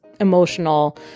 emotional